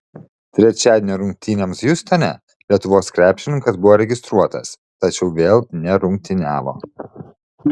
trečiadienio rungtynėms hjustone lietuvos krepšininkas buvo registruotas tačiau vėl nerungtyniavo